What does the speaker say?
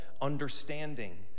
understanding